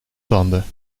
tanden